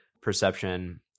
perception